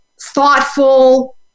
thoughtful